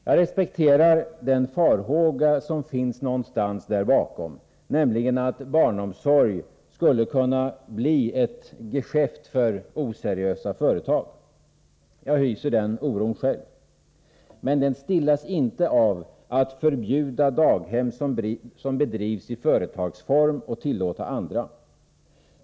Jag respekterar den farhåga som finns någonstans där bakom, nämligen att barnomsorg skulle kunna bli ett geschäft för oseriösa företag. Jag hyser den oron själv. Men den stillas inte av att man förbjuder daghem som drivs i företagsform och tillåter andra daghem.